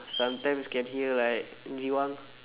sometimes can hear like jiwang